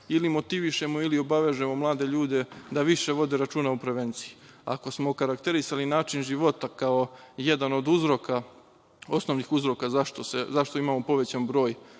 ili da motivišemo ili obavežemo mlade ljude da više vode računa o prevenciji. Ako smo okarakterisali način života kao jedan od uzroka, osnovnih uzroka zašto imamo povećan broj